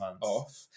off